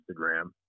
instagram